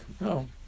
no